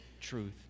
truth